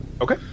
Okay